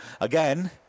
again